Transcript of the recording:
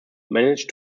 managed